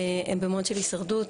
הם במוד של הישרדות,